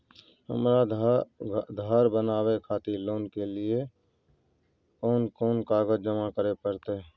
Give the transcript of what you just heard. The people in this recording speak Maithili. हमरा धर बनावे खातिर लोन के लिए कोन कौन कागज जमा करे परतै?